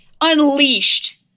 unleashed